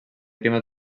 clima